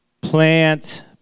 plant